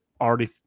already